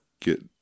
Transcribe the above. get